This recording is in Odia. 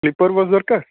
ସ୍ଲିପର୍ ବସ୍ ଦରକାର